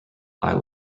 eye